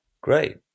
Great